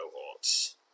cohorts